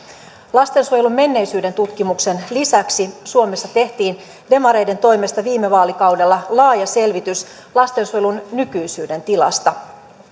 lastensuojelun menneisyyden tutkimuksen lisäksi suomessa tehtiin demareiden toimesta viime vaalikaudella laaja selvitys lastensuojelun nykyisyyden tilasta